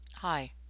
Hi